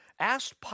asked